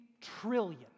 trillion